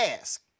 ask